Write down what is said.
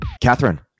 Catherine